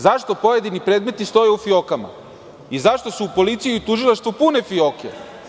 Zašto pojedini predmeti stoje u fijokama i zašto su u policiji i u tužilaštvu pune fijoke?